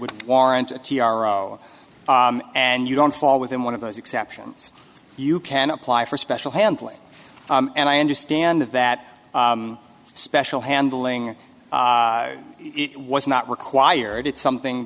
would warrant a t r o and you don't fall within one of those exceptions you can apply for special handling and i understand that special handling it was not required it's something